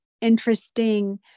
interesting